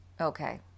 Okay